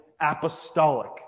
apostolic